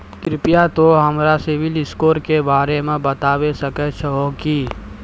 कृपया तोंय हमरा सिविल स्कोरो के बारे मे बताबै सकै छहो कि?